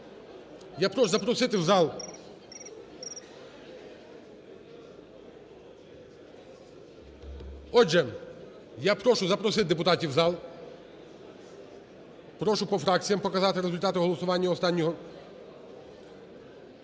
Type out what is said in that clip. Я прошу запросити в зал… Отже, я прошу запросити депутатів в зал. Прошу по фракціям показати результати голосування останнього.